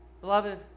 Beloved